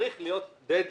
צריך להיות דד-ליין.